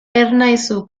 ernaizu